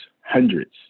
hundreds